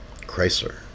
Chrysler